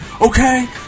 okay